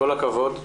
כל הכבוד.